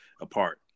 apart